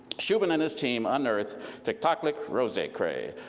shubin and his team unearthed tiktaalik roseae crae,